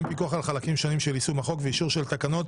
פיקוח על חלקים שונים של יישום החוק ואישור של תקנות